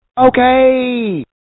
Okay